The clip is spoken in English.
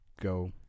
go